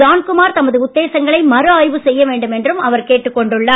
ஜான்குமார் தமது உத்தேசங்களை மறுஆய்வு செய்ய வேண்டும் என்றும் அவர் கேட்டுக் கொண்டுள்ளார்